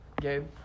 Gabe